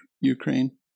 Ukraine